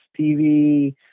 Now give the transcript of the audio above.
TV